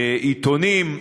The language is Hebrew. עיתונים,